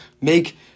make